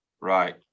Right